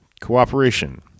Cooperation